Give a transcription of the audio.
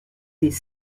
des